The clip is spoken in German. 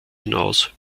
hinaus